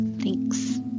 Thanks